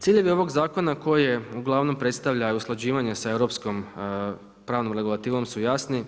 Ciljevi ovog zakona koje uglavnom predstavlja i usklađivanje sa europskom pravnom regulativom su jasni.